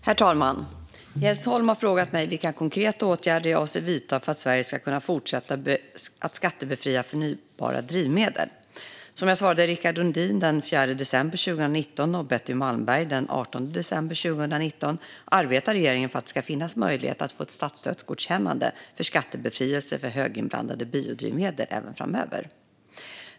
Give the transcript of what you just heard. Herr talman! har frågat mig vilka konkreta åtgärder jag avser att vidta för att Sverige ska kunna fortsätta att skattebefria förnybara drivmedel. Som jag svarade Rickard Nordin den 4 december 2019 och Betty Malmberg den 18 december 2019 arbetar regeringen för att det ska finnas möjlighet att få ett statsstödsgodkännande för skattebefrielse för höginblandade biodrivmedel även framöver.